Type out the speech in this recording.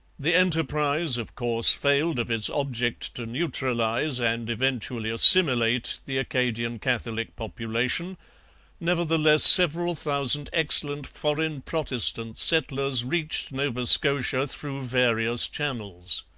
the enterprise, of course, failed of its object to neutralize and eventually assimilate the acadian catholic population nevertheless several thousand excellent foreign protestant settlers reached nova scotia through various channels.